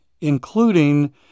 including